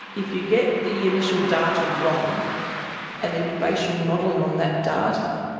if you get the initial data wrong and then you base your modelling on that data,